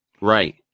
Right